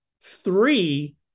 three